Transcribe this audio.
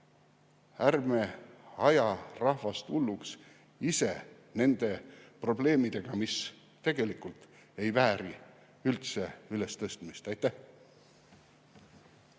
Ärme ajame rahvast hulluks ise nende probleemidega, mis tegelikult ei vääri üldse ülestõstmist. Aitäh!